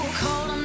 cold